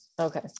okay